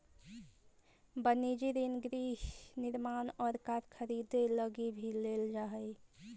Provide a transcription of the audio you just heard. वनिजी ऋण गृह निर्माण और कार खरीदे लगी भी लेल जा हई